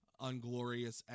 unglorious